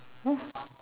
oh